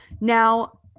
Now